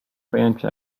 pojęcia